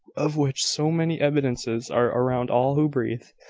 of which so many evidences are around all who breathe.